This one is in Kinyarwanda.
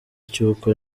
cy’uko